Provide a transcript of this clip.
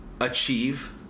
achieve